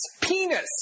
penis